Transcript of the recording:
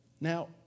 Now